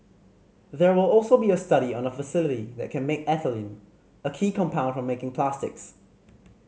there will also be a study on a facility that can make ethylene a key compound for making plastics